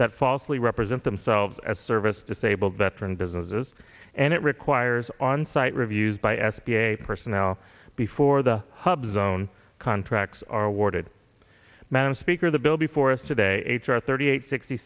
that falsely represent themselves as service disabled veteran businesses and it requires on site reviews by s b a personnel before the hub zone contracts are awarded madam speaker the bill before us today h r thirty eight sixty